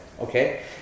Okay